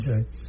Okay